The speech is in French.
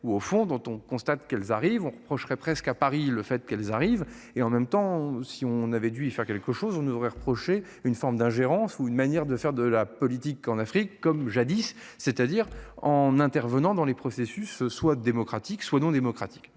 ou au fond dont on constate qu'elles arrivent on reprocherait presque à Paris, le fait qu'elles arrivent et en même temps si on avait dû y faire quelque chose, on nous aurait reproché une forme d'ingérence ou une manière de faire de la politique en Afrique comme jadis c'est-à-dire en intervenant dans les processus soient démocratique soit non démocratique,